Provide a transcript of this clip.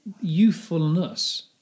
youthfulness